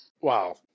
Wow